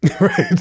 Right